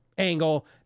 Angle